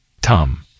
Tom